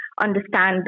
understand